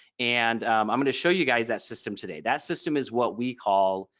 and i'm going to show you guys that system today that system is what we call.